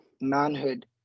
manhood